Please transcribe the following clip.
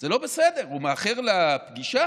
זה לא בסדר, הוא מאחר לפגישה?